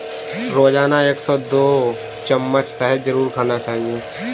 रोजाना एक से दो चम्मच शहद जरुर खाना चाहिए